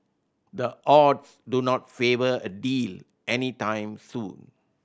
the odds do not favour a deal any time soon